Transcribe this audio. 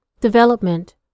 development